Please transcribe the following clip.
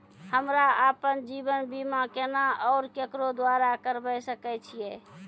हमरा आपन जीवन बीमा केना और केकरो द्वारा करबै सकै छिये?